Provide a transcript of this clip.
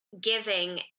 giving